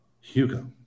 Hugo